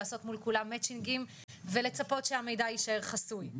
לעשות מול כולם maching ולצפות שהמידע יישאר חסוי,